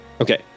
Okay